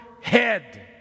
head